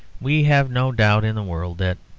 we have no doubt in the world that,